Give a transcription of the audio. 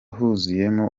huzuyemo